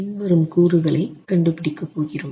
பின்வரும் கூறுகளை கண்டுபிடிக்க போகிறோம்